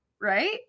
Right